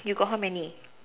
you got how many